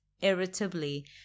irritably